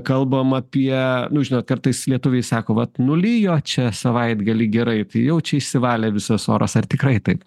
kalbam apie nu žinot kartais lietuviai sako vat nulijo čia savaitgalį gerai tai jau čia išsivalė visas oras ar tikrai taip